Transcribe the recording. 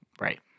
Right